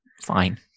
fine